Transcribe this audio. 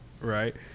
right